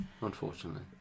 Unfortunately